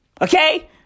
Okay